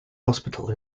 hospital